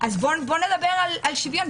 נדבר על שוויון,